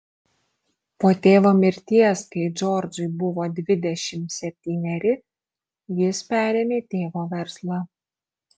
po tėvo mirties kai džordžui buvo dvidešimt septyneri jis perėmė tėvo verslą